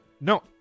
No